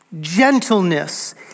gentleness